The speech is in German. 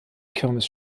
kirmes